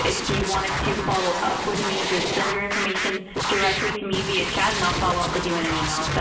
if you wanted to follow up with me, just send your information directly to me via chat, and i'll follow up with you in an email, but